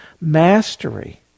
mastery